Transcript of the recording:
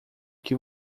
que